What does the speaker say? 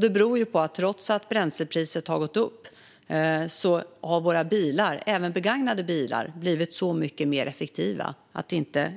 Det beror på att våra bilar, även begagnade, har blivit så mycket mer effektiva att det inte